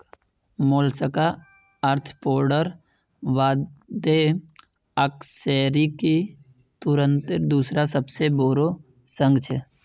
Mollusca आर्थ्रोपोडार बादे अकशेरुकी जंतुर दूसरा सबसे बोरो संघ छे